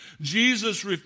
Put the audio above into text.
Jesus